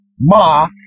Ma